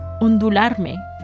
ondularme